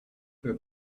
that